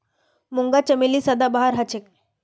मूंगा चमेली सदाबहार हछेक